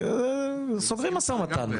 סוגרים משא ומתן,